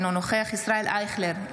אינו נוכח ישראל אייכלר,